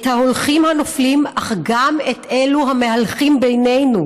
את ההולכים, הנופלים, אך גם את אלו המהלכים בינינו